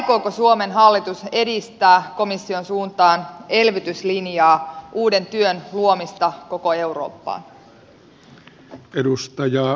aikooko suomen hallitus edistää komission suuntaan elvytyslinjaa uuden työn luomista koko eurooppaan